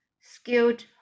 skilled